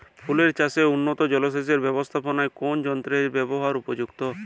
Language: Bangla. ফুলের চাষে উন্নত জলসেচ এর ব্যাবস্থাপনায় কোন যন্ত্রের ব্যবহার উপযুক্ত?